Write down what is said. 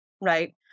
right